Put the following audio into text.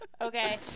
Okay